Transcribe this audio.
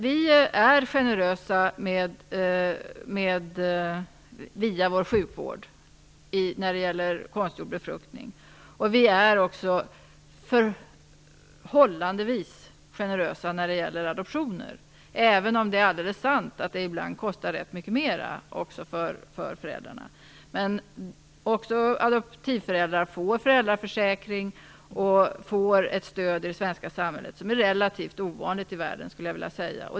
Vi är generösa via vår sjukvård när det gäller konstgjord befruktning, och vi är också förhållandevis generösa när det gäller adoptioner, även om det är sant att detta kostar mycket mera för föräldrarna. Men också adoptivföräldrar får föräldraförsäkring och får ett stöd av det svenska samhället, vilket är relativt ovanligt i världen.